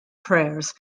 prayers